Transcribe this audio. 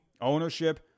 ownership